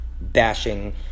bashing